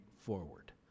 forward